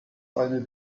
eine